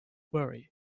worry